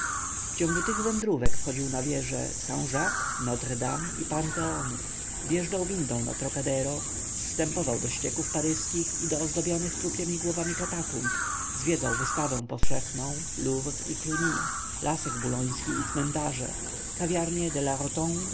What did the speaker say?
w ciągu tych wędrówek wchodził na wieże st jacques notre-dame i panteonu wjeżdżał windą na trocadero zstępował do ścieków paryskich i do ozdobionych trupiemi głowami katakumb zwiedzał wystawę powszechną louvre i cluny lasek buloński i cmentarze kawiarnie de